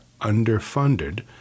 underfunded